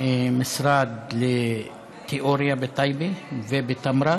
משרד לתיאוריה בטייבה ובתמרה